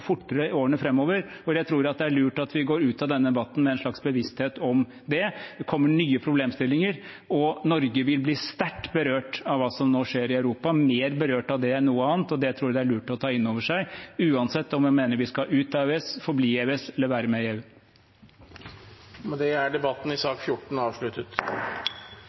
fortere i årene framover. Jeg tror det er lurt at vi går ut av denne debatten med en slags bevissthet om det. Det kommer nye problemstillinger, og Norge vil bli sterkt berørt av hva som nå skjer i Europa, mer berørt av det enn noe annet. Det tror jeg det er lurt å ta inn over seg, uansett om en mener vi skal ut av EØS, forbli i EØS eller være med i EU. Flere har ikke bedt om ordet til sak nr. 14.